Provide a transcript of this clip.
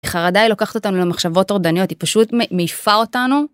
חרדה היא לוקחת אותנו למחשבות טורדניות, היא פשוט מעיפה אותנו.